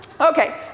Okay